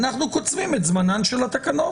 אנחנו קוצבים את זמנן של התקנות,